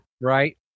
right